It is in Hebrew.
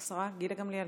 השרה גילה גמליאל,